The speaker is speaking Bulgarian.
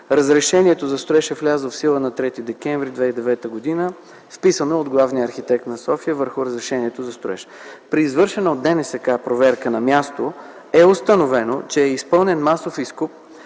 Разрешението за строеж е влязло в сила на 3 декември 2009 г., вписано от главния архитект на София върху разрешението за строеж. При извършена от ДНСК проверка на място е установено, че е изпълнен масов изкоп